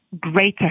greater